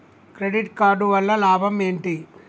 Credit card వల్ల లాభం ఏంటి?